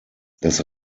das